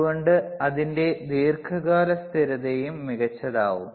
അതുകൊണ്ട് അതിന്റെ ദീർഘകാല സ്ഥിരതയും മികച്ചതാവും